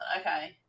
Okay